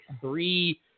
three